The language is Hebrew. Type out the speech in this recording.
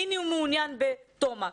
מי מעוניין בתומקס?